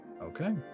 Okay